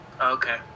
Okay